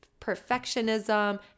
Perfectionism